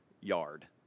yard